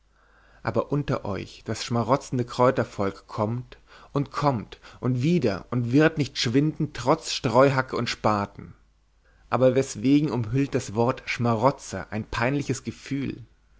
aber unter euch das schmarotzende kräutervolk kommt und kommt wieder und wird nicht schwinden trotz streuhacke und spaten aber weswegen umhüllt das wort schmarotzer ein peinliches gefühl